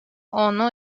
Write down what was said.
ono